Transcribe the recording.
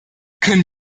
können